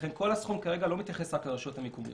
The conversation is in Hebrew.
לכן כל הסכום כרגע לא מתייחס רק לרשויות המקומיות,